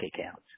accounts